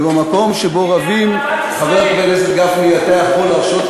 ובמקום שבו רבים, אני בעד אהבת ישראל.